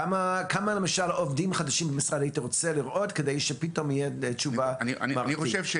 כמה עובדים חדשים היית רוצה לראות כדי שתהיה תשובה מערכתית?